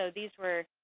so these were